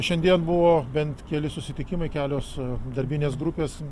šiandien buvo bent keli susitikimai kelios darbinės grupės